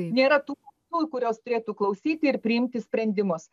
nėra tų kurios turėtų klausyti ir priimti sprendimus